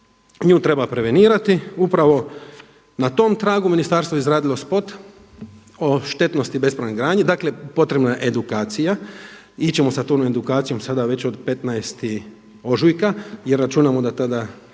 nju treba prevenirati. Upravo na tom tragu ministarstvo je izradilo spot o štetnosti bespravne gradnje, dakle potrebna je edukacija i ići ćemo sa tom edukacijom sada već od 15. ožujka jer računamo da tada